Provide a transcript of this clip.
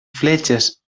fletxes